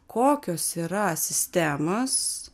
kokios yra sistemos